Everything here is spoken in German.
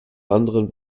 anderen